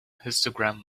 histogram